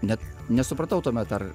net nesupratau tuomet ar